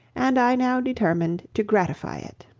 and i now determined to gratify it.